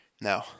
No